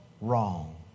wrong